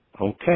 okay